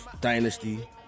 Dynasty